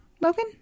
Logan